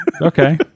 Okay